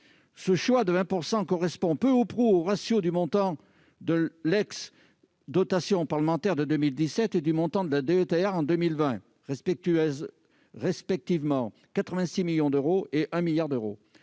totale. Cela correspond peu ou prou au du montant de l'ancienne dotation parlementaire de 2017 et du montant de la DETR en 2020, soit, respectivement, 86 millions d'euros et un milliard d'euros.